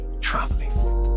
traveling